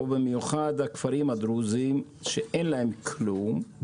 ובמיוחד הכפרים הדרוזים שאין להם כלום,